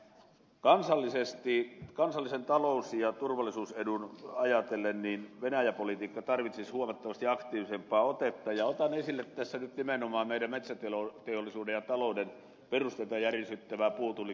kansallisesti kansallista talous ja turvallisuusetua ajatellen venäjä politiikka tarvitsisi huomattavasti aktiivisempaa otetta ja otan esille tässä nyt nimenomaan meidän metsäteollisuuden ja talouden perusteita järisyttävän puutullikysymyksen